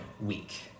week